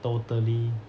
totally